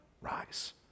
rise